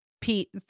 Pete